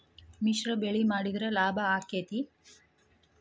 ಮಿಶ್ರ ಬೆಳಿ ಮಾಡಿದ್ರ ಲಾಭ ಆಕ್ಕೆತಿ?